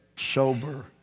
sober